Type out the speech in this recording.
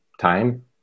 time